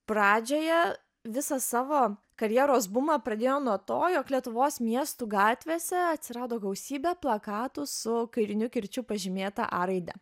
pradžioje visą savo karjeros bumą pradėjo nuo to jog lietuvos miestų gatvėse atsirado gausybė plakatų su kairiniu kirčiu pažymėta a raide